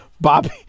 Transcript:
Bobby